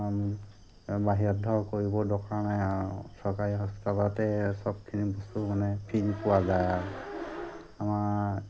বাহিৰত ধৰক কৰিব দৰকাৰ নাই আৰু চৰকাৰী হস্পিটেলতে সবখিনি বস্তু মানে ফ্ৰী পোৱা যায় আৰু আমাৰ